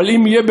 אבל אם יהיה,